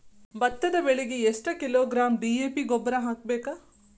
ಭತ್ತದ ಬೆಳಿಗೆ ಎಷ್ಟ ಕಿಲೋಗ್ರಾಂ ಡಿ.ಎ.ಪಿ ಗೊಬ್ಬರ ಹಾಕ್ಬೇಕ?